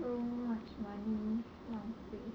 so much money 浪费